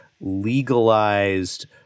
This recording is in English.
legalized